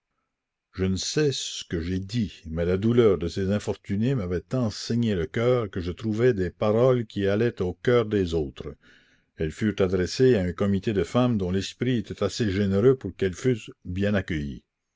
je ne sais ce que j'ai dit mais la douleur de ces infortunées m'avait tant saigné le cœur que je trouvais des paroles qui allaient au cœur des autres elles furent adressées à un comité de femmes dont l'esprit était assez généreux pour qu'elles fussent bien accueillies